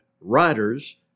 Writers